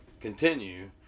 continue